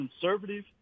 conservative